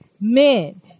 men